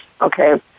Okay